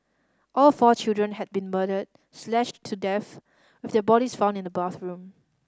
all four children had been murdered slashed to death with their bodies found in the bathroom